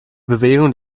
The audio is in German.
bewegung